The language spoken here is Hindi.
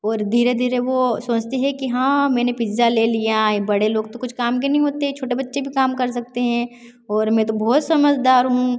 और धीरे धीरे वो सोचती है कि हाँ मैंने पिज़्ज़ा ले लिया ये बड़े लोग तो कुछ काम के नहीं होते छोटे बच्चे तो काम कर सकते हैं और मैं तो बहुत समझदार हूँ